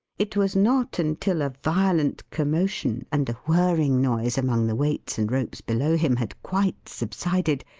it was not until a violent commotion and a whirring noise among the weights and ropes below him had quite subsided,